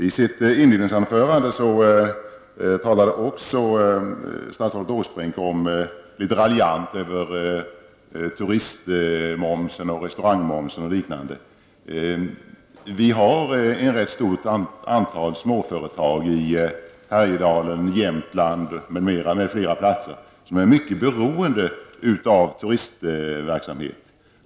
Statsrådet Åsbrink raljerade litet i sitt inledningsanförande när han talade om turistmomsen, restaurangmomsen osv. Det finns ett rätt stort antal småföretag i Härjedalen, Jämtland och på andra håll som är mycket beroende av turistverksamheten.